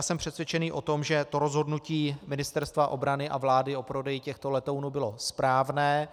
Jsem přesvědčený o tom, že rozhodnutí Ministerstva obrany a vlády o prodeji těchto letounů bylo správné.